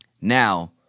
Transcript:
Now